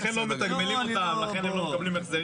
לכן לא מתגמלים אותם, לכן הם לא מקבלים החזרים.